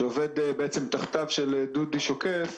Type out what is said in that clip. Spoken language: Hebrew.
שעובד תחת דודי שוקף,